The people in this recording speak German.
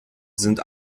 sind